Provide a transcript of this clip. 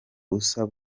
busabe